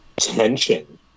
tension